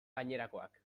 gainerakoak